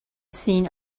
seen